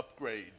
upgrades